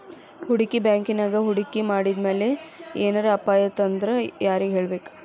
ಹೂಡ್ಕಿ ಬ್ಯಾಂಕಿನ್ಯಾಗ್ ಹೂಡ್ಕಿ ಮಾಡಿದ್ಮ್ಯಾಲೆ ಏನರ ಅಪಾಯಾತಂದ್ರ ಯಾರಿಗ್ ಹೇಳ್ಬೇಕ್?